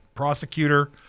prosecutor